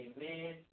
Amen